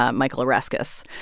ah michael oreskes,